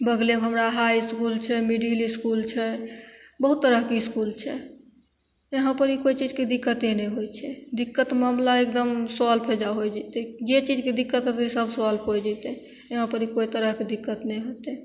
बगलेमे हमरा high school छै मीडिल इसकुल छै बहुत तरहके इसकुल छै यहाँ पर कोइ चीजके दिक्कते नहि होइ छै दिक्कत मामला एकदम सॉल्व अयजाँ हो जेतय जे चीजके दिक्कत होतय सब सॉल्व हो जेतय यहाँपर कोइ तरहके कोइ दिक्कत नहि होतय